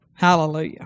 Hallelujah